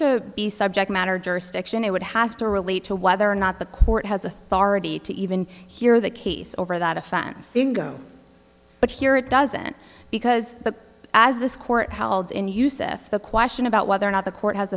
to be subject matter jurisdiction it would have to relate to whether or not the court has authority to even hear the case over that offense but here it doesn't because the as this court held in use if the question about whether or not the court has